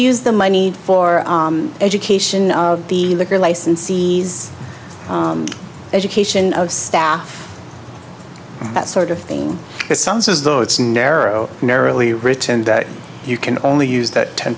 use the money for education of the liquor license ease education of staff that sort of thing it sounds as though it's narrow narrowly written that you can only use that ten